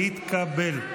התקבל.